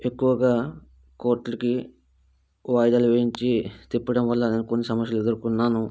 ఎక్కువగా కోర్టు కి వాయదాలు వేయించి తిప్పడం వల్ల కొన్ని సమస్యలు ఎదుర్కొన్నాను